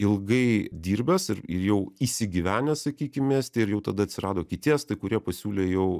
ilgai dirbęs ir ir jau įsigyvenęs sakykim į estiją ir jau tada atsirado kiti estai kurie pasiūlė jau